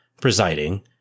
presiding